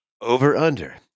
Over-under